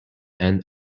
and